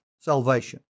salvation